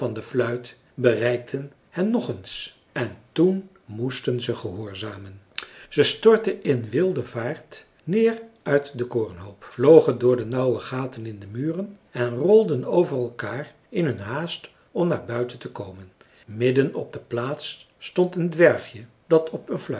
de fluit bereikten hen nog eens en toen moesten ze gehoorzamen ze stortten in wilde vaart neer uit den korenhoop vlogen door de nauwe gaten in de muren en rolden over elkaar in hun haast om naar buiten te komen midden op de plaats stond een dwergje dat op een